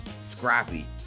Scrappy